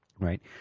Right